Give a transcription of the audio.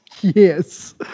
Yes